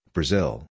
Brazil